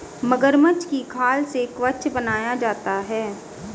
मगरमच्छ की खाल से कवच बनाया जाता है